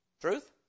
Truth